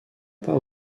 pas